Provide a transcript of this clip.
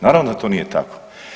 Naravno da to nije tako.